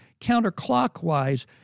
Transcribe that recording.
counterclockwise